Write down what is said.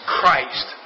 Christ